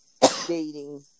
dating